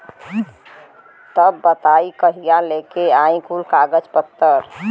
तब बताई कहिया लेके आई कुल कागज पतर?